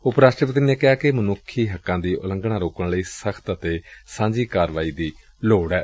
ਉਪ ਰਾਸ਼ਟਰਪਤੀ ਨੇ ਕਿਹਾ ਕਿ ਮਨੁੱਖੀ ਹੱਕਾਂ ਦੀ ਉਲੰਘਣਾ ਰੋਕਣ ਲਈ ਸਖ਼ਤ ਅਤੇ ਸਾਂਝੀ ਕਾਰਵਾਈ ਦੀ ਲੋੜ ਏ